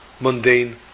mundane